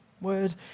word